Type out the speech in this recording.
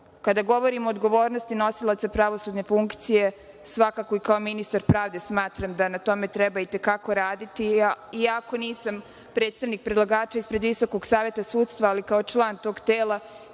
Kada govorimo o odgovornosti nosilaca pravosudne funkcije, svakako, kao ministar pravde, smatram da na tome treba i te kako raditi. Iako nisam predstavnik predlagača, ispred Visokog saveta sudstva, ali kao član tog tela